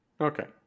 Okay